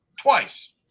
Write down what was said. Twice